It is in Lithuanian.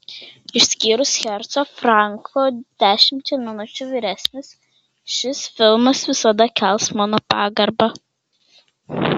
išskyrus herco franko dešimčia minučių vyresnis šis filmas visada kels mano pagarbą